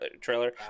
trailer